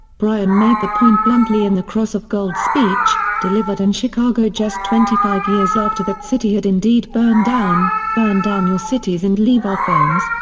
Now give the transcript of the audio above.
bryan made the point bluntly in the cross of gold speech, delivered in and chicago just twenty five years after that city had indeed burned down burn down your cities and leave our farms,